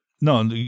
no